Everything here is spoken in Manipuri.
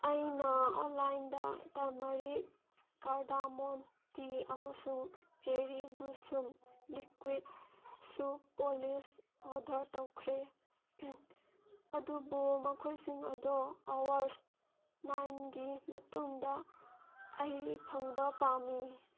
ꯑꯩꯅ ꯑꯣꯟꯂꯥꯏꯟꯗ ꯇꯔꯃꯔꯤꯛ ꯀꯥꯔꯗꯥꯃꯣꯟ ꯇꯤ ꯑꯃꯁꯨꯡ ꯆꯦꯔꯤ ꯕ꯭ꯂꯨꯁꯨꯝ ꯂꯤꯀ꯭ꯋꯤꯠ ꯁꯨ ꯄꯣꯂꯤꯁ ꯑꯣꯔꯗꯔ ꯇꯧꯈ꯭ꯔꯦ ꯑꯗꯨꯕꯨ ꯃꯈꯣꯏꯁꯤꯡ ꯑꯗꯣ ꯑꯋꯥꯔꯁ ꯅꯥꯏꯟꯒꯤ ꯃꯇꯨꯡꯗ ꯑꯩ ꯐꯪꯕ ꯄꯥꯝꯃꯤ